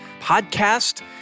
podcast